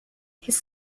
his